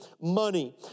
money